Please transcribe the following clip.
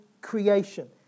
creation